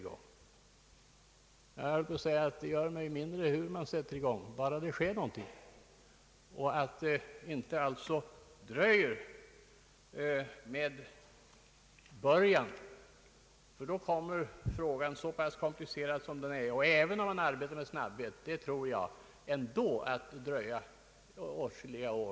Jag höll på att säga att det gör mig mindre hur man sätter i gång, bara det sker någonting. Om initiativet dröjer, kommer frågans lösning, så pass komplicerad som den är och även om man arbetar med snabbhet, ändå att ta många år.